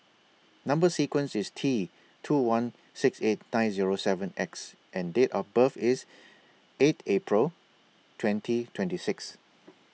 Number sequence IS T two one six eight nine Zero seven X and Date of birth IS eight April twenty twenty six